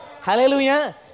Hallelujah